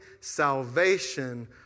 salvation